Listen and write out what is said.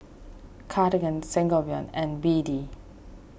Cartigain Sangobion and B D